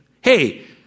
Hey